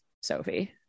Sophie